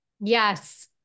Yes